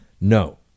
No